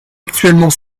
actuellement